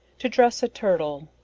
to dress a turtle.